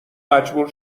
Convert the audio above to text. مجبور